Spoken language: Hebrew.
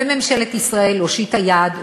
וממשלת ישראל הושיטה יד,